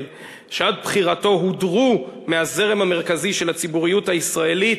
שעד בחירתו הודרו מהזרם המרכזי של הציבוריות הישראלית